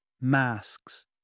masks